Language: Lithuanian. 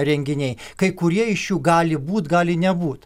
renginiai kai kurie iš jų gali būt gali nebūt